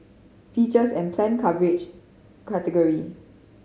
features and planned coverage category